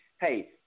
Hey